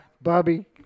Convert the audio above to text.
Bobby